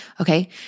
Okay